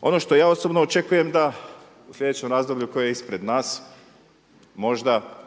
Ono što ja osobno očekujem da u slijedećem razdoblju koje je ispred nas možda